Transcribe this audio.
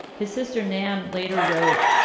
his sister nan later wrote,